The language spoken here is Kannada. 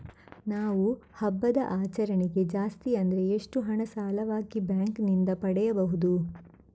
ನಾವು ಹಬ್ಬದ ಆಚರಣೆಗೆ ಜಾಸ್ತಿ ಅಂದ್ರೆ ಎಷ್ಟು ಹಣ ಸಾಲವಾಗಿ ಬ್ಯಾಂಕ್ ನಿಂದ ಪಡೆಯಬಹುದು?